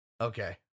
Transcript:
Okay